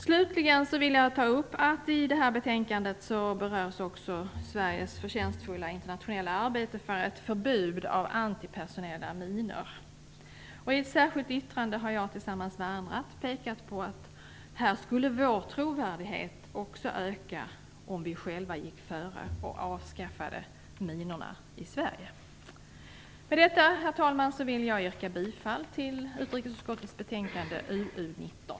Slutligen vill jag ta upp att i detta betänkande berörs också Sveriges förtjänstfulla internationella arbete för ett förbud mot antipersonella minor. I ett särskilt yttrande har jag tillsammans med andra pekat på att vår trovärdighet här skulle öka om vi själva gick före och avskaffade minorna i Sverige. Herr talman! Med detta vill jag yrka bifall till utrikesutskottets hemställan i betänkande UU19.